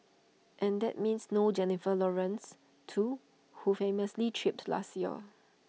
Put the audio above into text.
and that means no Jennifer Lawrence too who famously tripped last year